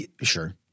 Sure